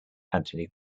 anthony